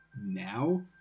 now